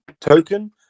token